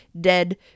dead